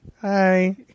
hi